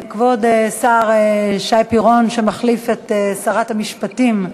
כבוד השר שי פירון, שמחליף את שרת המשפטים,